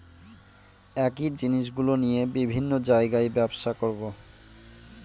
একই জিনিসগুলো নিয়ে বিভিন্ন জায়গায় ব্যবসা করবো